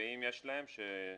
ואם יש להם שינמקו.